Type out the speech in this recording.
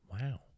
Wow